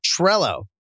Trello